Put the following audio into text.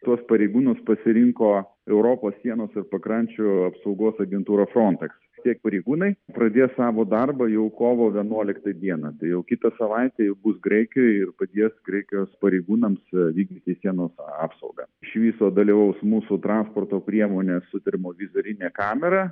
tuos pareigūnus pasirinko europos sienos ir pakrančių apsaugos agentūra frontex tiek pareigūnai pradės savo darbą jau kovo vienuoliktą dieną tai jau kitą savaitę bus graikijoj ir paties graikijos pareigūnams vykdyti sienos apsaugą iš viso dalyvaus mūsų transporto priemonės su termovizorine kamera